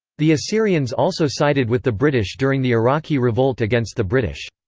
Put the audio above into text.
the assyrians also sided with the british during the iraqi revolt against the british.